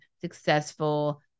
successful